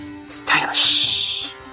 Stylish